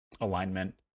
alignment